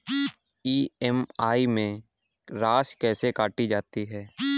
EMI में राशि कैसे काटी जाती है?